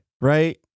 Right